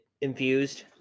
infused